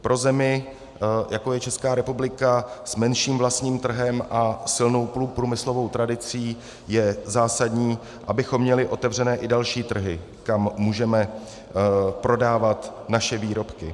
Pro zemi, jako je Česká republika, s menším vlastním trhem a silnou průmyslovou tradicí, je zásadní, abychom měli otevřené i další trhy, kam můžeme prodávat naše výrobky.